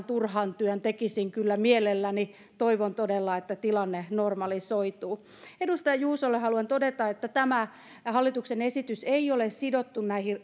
turhan työn tekisin kyllä mielelläni toivon todella että tilanne normalisoituu edustaja juusolle haluan todeta että tämä hallituksen esitys ei ole sidottu näihin